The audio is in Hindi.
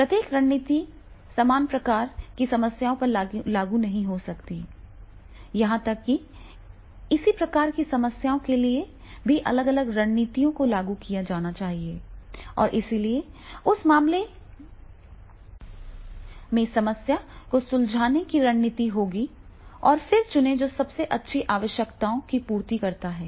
प्रत्येक रणनीति समान प्रकार की समस्याओं पर लागू नहीं होगी यहां तक कि इसी प्रकार की समस्याओं के लिए भी अलग अलग रणनीतियों को लागू किया जाना है और इसलिए उस मामले में समस्या को सुलझाने की रणनीति होगी और वह चुनें जो सबसे अच्छी आवश्यकताओं की पूर्ति करता है